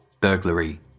burglary